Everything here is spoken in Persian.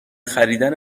خریدن